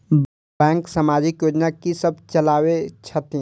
Bank समाजिक योजना की सब चलावै छथिन?